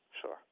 Sure